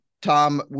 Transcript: Tom